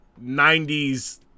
90s